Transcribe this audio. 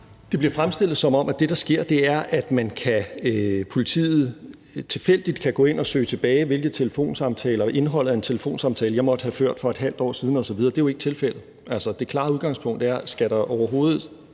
Det bliver fremstillet, som om det, der sker, er, at politiet tilfældigt kan gå ind og søge tilbage i telefonsamtaler, i indholdet af en telefonsamtale, jeg måtte have ført for et halvt år siden osv. Det er jo ikke tilfældet. Altså, det klare udgangspunkt er: Skal der overhovedet